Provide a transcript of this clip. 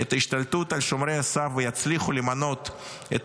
את ההשתלטות על שומרי הסף ויצליחו למנות את